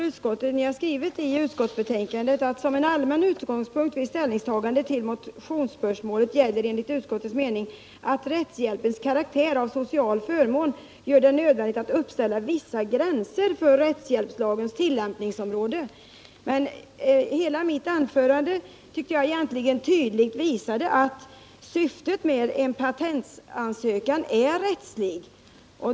Utskottet skriver i betänkandet: ”Som en allmän utgångspunkt vid ställningstagande till motionsspörsmålet gäller enligt utskottets mening att rättshjälpens karaktär av social förmån gör det nödvändigt att uppställa vissa gränser för rättshjälpslagens tillämpningsområde.” Hela mitt anförande visade väl tydligt att syftet med en patentansökan är rättsligt.